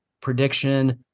prediction